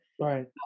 Right